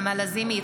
נעמה לזימי,